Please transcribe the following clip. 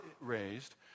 raised